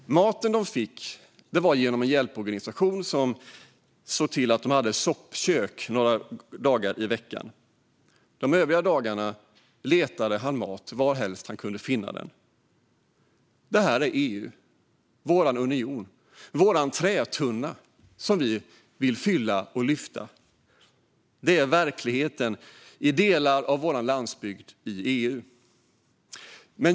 Maten fick de genom en hjälporganisation som hade ett soppkök några dagar i veckan. De övriga dagarna letade han mat varhelst han kunde finna den. Det här är EU, vår union, vår trätunna som vi vill fylla. Det här är verkligheten i delar av vår landsbygd i EU.